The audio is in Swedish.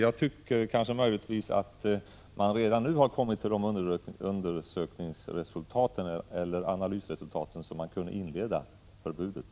Jag tycker att man redan nu har erhållit sådana analysresultat att ett förbud kan träda i kraft.